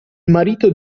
marito